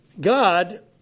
God